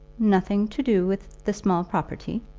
nothing to do with the small property.